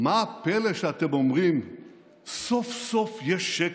מה הפלא שאתם אומרים שסוף-סוף יש שקט?